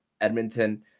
edmonton